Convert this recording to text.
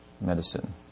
medicine